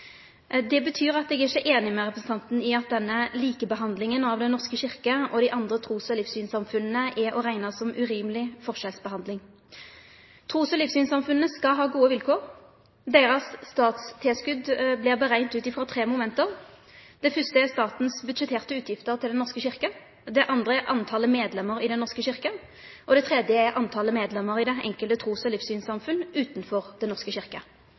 Det betyr at eg ikkje er einig med representanten i at denne likebehandlinga av Den norske kyrkja og dei andre trus- og livssynssamfunna er å rekne som urimeleg forskjellsbehandling. Trus- og livssynssamfunna skal ha gode vilkår. Deira statstilskot vert berekna ut frå tre moment: Det første er statens budsjetterte utgifter til Den norske kyrkja, det andre er talet på medlemmer i Den norske kyrkja, og det tredje er talet på medlemmer i det enkelte trus- og livssynssamfunn utanfor Den norske